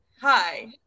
Hi